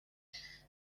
ذهبت